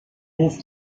hof